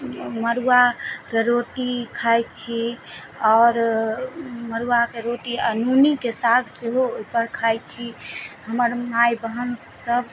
मड़ुआके रोटी खाय छी आओर मड़ुआ के रोटी आ नूनीके साग सेहो ओहिपर खाइ छी हमर माइ बहन सभ